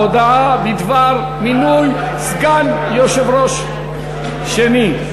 ההודעה בדבר מינוי סגן יושב-ראש שני.